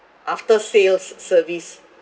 after sales service